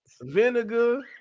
vinegar